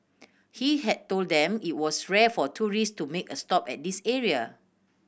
he had told them it was rare for tourist to make a stop at this area